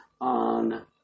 on